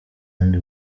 ubundi